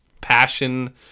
passion